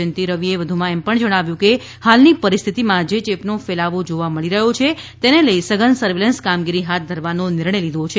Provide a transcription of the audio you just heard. જયંતિ રવિએ વધુમાં જણાવ્યું કે હાલની પરિસ્થિતિમાં જે ચેપનો ફેલાવો જોવા મળી રહ્યા છે તેને લઇ સઘન સર્વેલન્સ કામગીરી હાથ ધરવાનો નિર્ણય લીધો છે